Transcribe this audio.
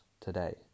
today